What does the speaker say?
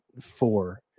four